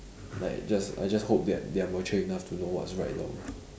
like just I just hope that they are mature enough to know what's right and wrong